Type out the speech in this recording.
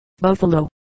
Buffalo